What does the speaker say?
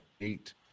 eight